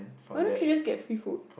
why don't you just get free food